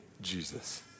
Jesus